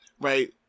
right